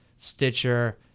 stitcher